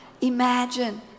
imagine